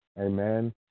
Amen